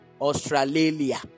Australia